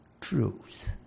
truth